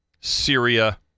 Syria